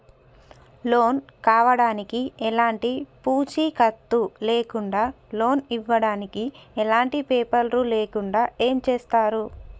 Loan కావడానికి ఎలాంటి పూచీకత్తు లేకుండా లోన్ ఇవ్వడానికి ఎలాంటి పేపర్లు లేకుండా ఏం చేస్తారు?